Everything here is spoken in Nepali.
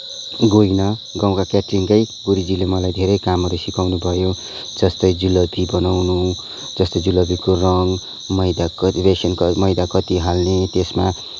गइनँ गाउँको क्याट्रिङकै गुरुजीले मलाई धेरै कामहरू सिकाउनु भयो जस्तै जुलबी बनाउँनु जस्तै जुलाबीको रङ मैदा कति बेसन कति मैदा कति हाल्ने त्यसमा